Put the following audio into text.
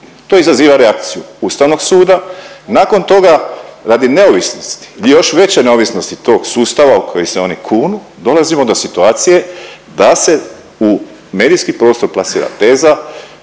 To izaziva reakciju Ustavnog suda, nakon toga radi neovisnosti i još veće neovisnosti tog sustava u koji se oni kunu dolazimo do situacije da se u medijski prostor plasira teza